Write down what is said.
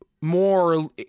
more